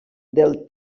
del